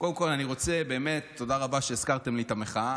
קודם כול, באמת, תודה רבה שהזכרתם לי את המחאה.